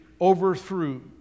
overthrew